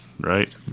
right